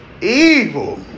evil